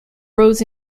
roads